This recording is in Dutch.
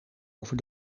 over